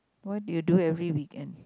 what you do every weekend